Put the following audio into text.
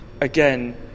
Again